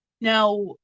Now